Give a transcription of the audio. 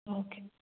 okay